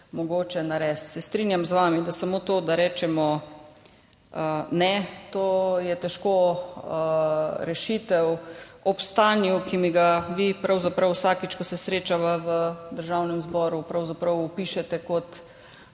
mogoče narediti. Strinjam se z vami, da samo to, da rečemo ne, je težko, rešitev za stanje, ki mi ga vi pravzaprav vsakič, ko se srečava v Državnem zboru, opišete kot